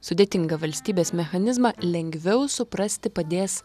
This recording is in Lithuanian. sudėtingą valstybės mechanizmą lengviau suprasti padės